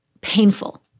painful